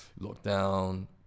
lockdown